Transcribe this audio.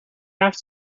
have